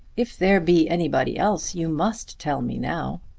if there be anybody else you must tell me now.